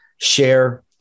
share